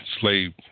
slave